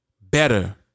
better